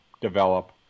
develop